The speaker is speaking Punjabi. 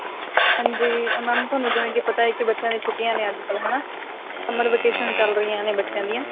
ਹਾਂਜੀ ਮੈਮ ਤੁਹਾਨੂੰ ਜਿਵੇਂ ਕਿ ਪਤਾ ਹੈ ਕਿ ਬੱਚਿਆਂ ਨੇ ਛੁੱਟੀਆਂ ਨੇ ਅੱਜ ਕੱਲ੍ਹ ਹੈ ਨਾ ਸਮਰ ਵਕੇਸ਼ਨ ਚੱਲ ਰਹੀਆਂ ਨੇ ਬੱਚਿਆਂ ਦੀਆਂ